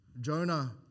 Jonah